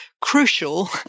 crucial